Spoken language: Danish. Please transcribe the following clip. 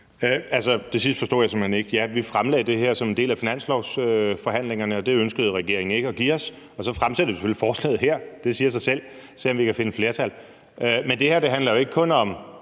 Det sidste forstod jeg simpelt hen ikke. Ja, vi fremlagde det her som en del af finanslovsforhandlingerne, og det ønskede regeringen ikke at give os, og så fremsætter vi selvfølgelig forslaget her. Det siger sig selv, og så ser vi, om vi kan finde flertal. Men det her handler jo ikke kun om